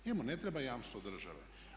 Njemu ne treba jamstvo države.